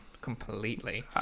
completely